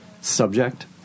subject